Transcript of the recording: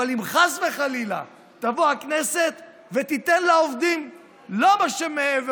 אבל אם חס וחלילה תבוא הכנסת ותיתן לעובדים לא מה שמעבר,